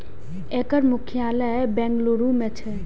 एकर मुख्यालय बेंगलुरू मे छै